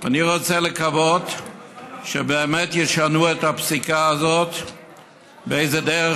אני רוצה לקוות שבאמת ישנו את הפסיקה הזאת באיזו דרך